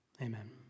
amen